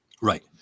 right